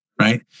right